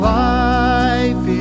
life